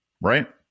right